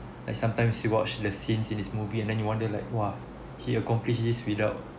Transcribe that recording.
like sometimes you watched the scenes in this movie and then you wonder like !wah! he accomplished this without